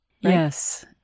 Yes